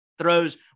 throws